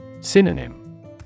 Synonym